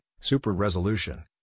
super-resolution